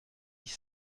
dix